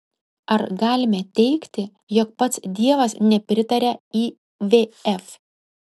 ar galime teigti jog pats dievas nepritaria ivf